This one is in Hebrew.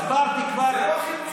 זה לא איחוד משפחות.